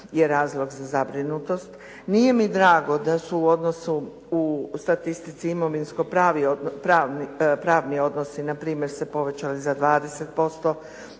je razlog za zabrinutost. Nije mi drago da su u odnosu u statistici imovinsko pravni odnosi npr. se povećao za 20%,